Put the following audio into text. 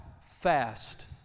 fast